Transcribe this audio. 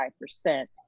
percent